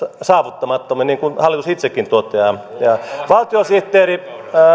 saavuttamattomiin niin kuin hallitus itsekin toteaa valtiosihteeri